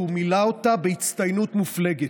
והוא מילא אותה בהצטיינות מופלגת.